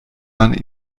man